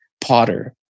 Potter